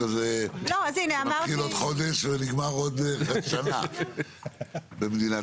זה משהו כזה שמתחיל עוד חודש ונגמר בעוד שנה במדינת ישראל?